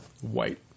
white